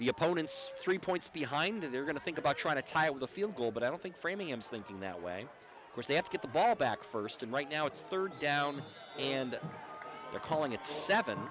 the opponents three points behind and they're going to think about trying to tie with a field goal but i don't think framing him standing that way because they have to get the ball back first and right now it's third down and they're calling it seven